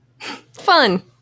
Fun